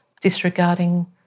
disregarding